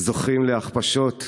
זוכים להכפשות,